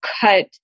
cut